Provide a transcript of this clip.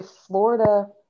Florida